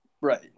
right